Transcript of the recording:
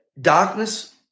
darkness